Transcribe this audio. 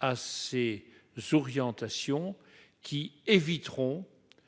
à ces orientations, qui éviteront